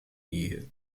ehe